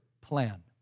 plan